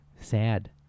Sad